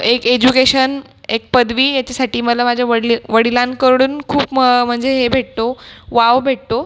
एक एज्युकेशन एक पदवी याच्यासाठी मला माझ्या वडलं वडिलांकडून खूप म म्हणजे हे भेटतो वाव भेटतो